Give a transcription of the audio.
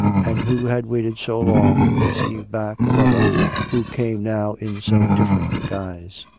and who had waited so long to receive back a lover who came now in so different a guise.